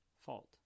fault